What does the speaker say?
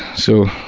so,